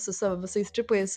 su savo visais čipais